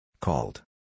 Called